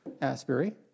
Asbury